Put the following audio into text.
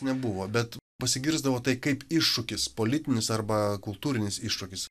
nebuvo bet pasigirsdavo tai kaip iššūkis politinis arba kultūrinis iššūkis